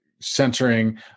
centering